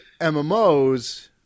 MMOs